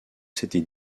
s’était